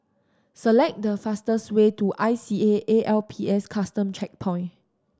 select the fastest way to I C A A L P S Custom Checkpoint